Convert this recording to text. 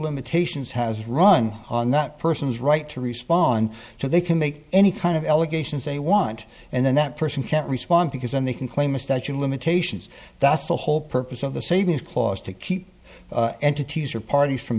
limitations has run on that person's right to respond so they can make any kind of allegations they want and then that person can't respond because then they can claim a statute of limitations that's the whole purpose of the savings clause to keep entities or parties from